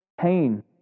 pain